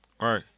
Right